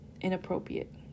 inappropriate